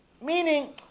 Meaning